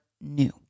new